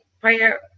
Prayer